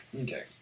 Okay